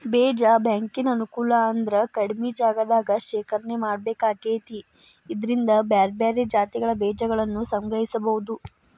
ಬೇಜ ಬ್ಯಾಂಕಿನ ಅನುಕೂಲ ಅಂದ್ರ ಕಡಿಮಿ ಜಗದಾಗ ಶೇಖರಣೆ ಮಾಡ್ಬೇಕಾಕೇತಿ ಇದ್ರಿಂದ ಬ್ಯಾರ್ಬ್ಯಾರೇ ಜಾತಿಗಳ ಬೇಜಗಳನ್ನುಸಂಗ್ರಹಿಸಬೋದು